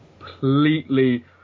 completely